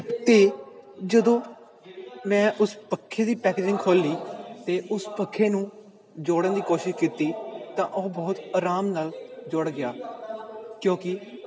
ਅਤੇ ਜਦੋਂ ਮੈਂ ਉਸ ਪੱਖੇ ਦੀ ਪੈਕਜਿੰਗ ਖੋਲ੍ਹੀ ਅਤੇ ਉਸ ਪੱਖੇ ਨੂੰ ਜੋੜਨ ਦੀ ਕੋਸ਼ਿਸ਼ ਕੀਤੀ ਤਾਂ ਉਹ ਬਹੁਤ ਆਰਾਮ ਨਾਲ ਜੁੜ ਗਿਆ ਕਿਉਂਕਿ